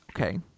okay